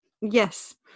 Yes